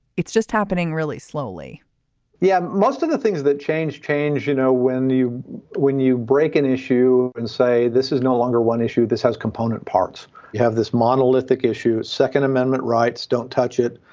it's just happening really slowly yeah most of the things that change change you know when you when you break an issue and say this is no longer one issue. this has component parts. you have this monolithic issue. second amendment rights don't touch it.